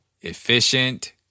efficient